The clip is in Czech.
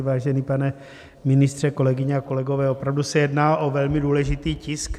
Vážený pane ministře, kolegyně a kolegové, opravdu se jedná o velmi důležitý tisk.